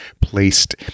placed